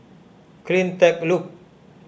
CleanTech Loop